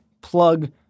plug